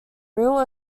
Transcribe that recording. real